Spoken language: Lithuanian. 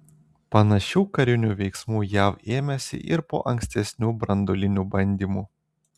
panašių karinių veiksmų jav ėmėsi ir po ankstesnių branduolinių bandymų